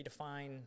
redefine